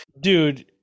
dude